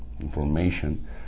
information